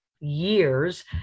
years